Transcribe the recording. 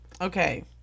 Okay